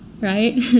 right